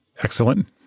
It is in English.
excellent